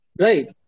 Right